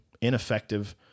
ineffective